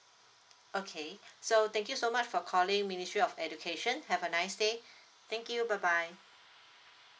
okay so thank you so much for calling ministry of education have a nice day thank you bye bye